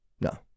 no